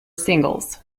singles